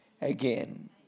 again